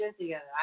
together